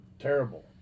terrible